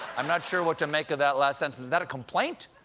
i'm not sure what to make of that last sentence. is that a complaint?